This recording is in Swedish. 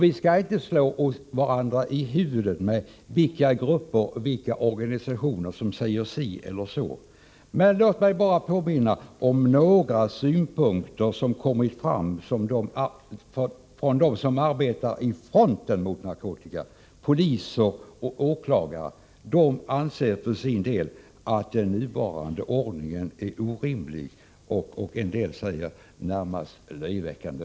Vi skall inte slå varandra i huvudet med vilka grupper och vilka organisationer som säger si eller så, låt mig bara påminna om några synpunkter som kommit fram från dem som arbetar i fronten mot narkotika — polis och åklagare. De anser att den nuvarande ordningen är orimlig, och en del säger att den är närmast löjeväckande.